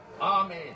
army